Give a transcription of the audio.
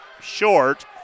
short